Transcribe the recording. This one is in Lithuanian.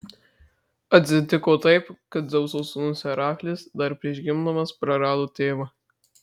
atsitiko taip kad dzeuso sūnus heraklis dar prieš gimdamas prarado tėvą